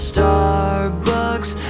Starbucks